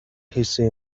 хийсэн